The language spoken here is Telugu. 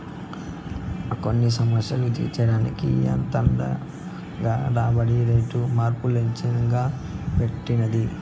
కొన్ని సమస్యలు తీర్చే దానికి ఈ అంతర్గత రాబడి రేటు మార్పు లచ్చెంగా పెట్టినది